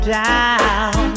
down